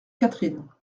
catherine